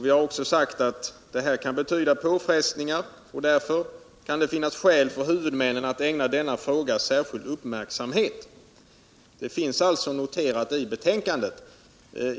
Vi har också sagt att det här kan betyda påfrestningar och att det därför kan finnas skäl för huvudmännen att ägna denna fråga särskild uppmärksamhet. Det finns alltså noterat i betänkandet.